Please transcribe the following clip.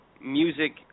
music